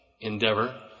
endeavor